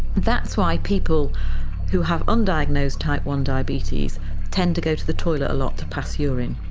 that's why people who have undiagnosed type one diabetes tend to go to the toilet a lot to pass urine.